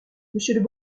monsieur